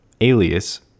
Alias